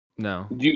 No